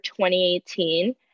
2018